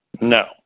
No